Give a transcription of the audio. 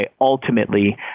ultimately